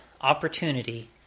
opportunity